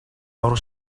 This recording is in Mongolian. аварга